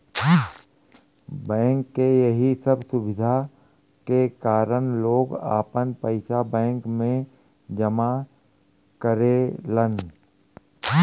bank के यही सब सुविधा के कारन लोग आपन पइसा बैंक में जमा करेलन